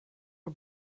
are